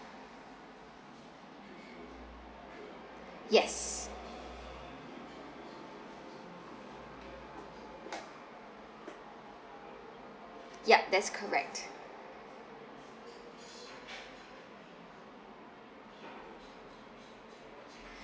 yes yup that's correct